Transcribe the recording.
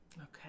Okay